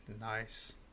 nice